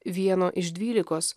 vieno iš dvylikos